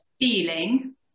feeling